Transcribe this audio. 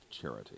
charity